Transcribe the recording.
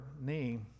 knee